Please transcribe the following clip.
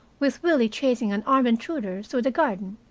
with willie chasing an armed intruder through the garden.